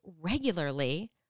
regularly